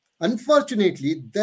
Unfortunately